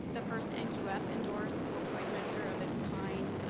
the first and nqf-endorsed opioid measure of its kind,